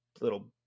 little